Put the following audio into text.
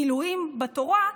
עילויים בתורה,